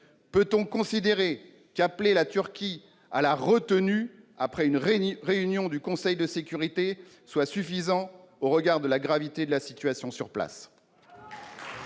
Peut-on considérer qu'appeler la Turquie à la retenue après une réunion du Conseil de sécurité soit suffisant au regard de la gravité de la situation sur place ?